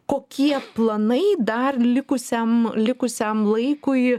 kokie planai dar likusiam likusiam laikui